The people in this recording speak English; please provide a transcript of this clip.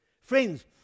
Friends